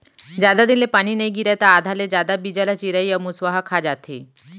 जादा दिन ले पानी नइ गिरय त आधा ले जादा बीजा ल चिरई अउ मूसवा ह खा जाथे